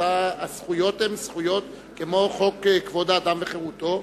הזכויות הן זכויות כמו חוק כבוד האדם וחירותו.